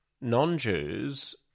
non-Jews